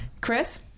Chris